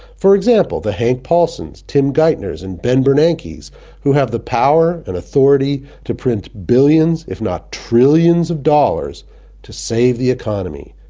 for example, the hank paulsens, tim geithners, and ben bernankes who have the power and authority to print billions if not trillions of dollars to save the economy.